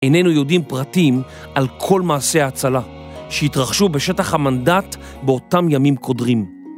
איננו יודעים פרטים על כל מעשי ההצלה שהתרחשו בשטח המנדט באותם ימים קודרים.